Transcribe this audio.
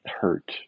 hurt